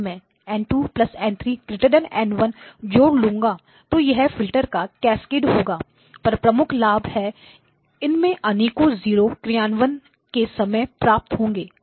जब मैं N 2 N3N 1 जोड़ लूँगा तो यह फिल्टर का कैस्केड होगा पर प्रमुख लाभ है इसमें अनेकों 0 क्रियान्वयन के समय प्राप्त होंगे